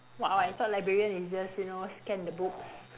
!wow! I thought librarian is just you know scan the books